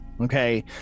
okay